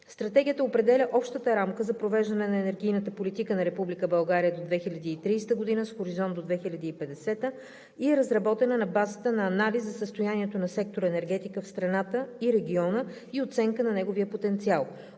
Стратегията определя общата рамка за провеждане на енергийната политика на Република България до 2030 г. с хоризонт до 2050-а и е разработена на базата на анализ за състоянието на сектор „Енергетика“ в страната и региона и оценка на неговия потенциал.